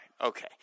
Okay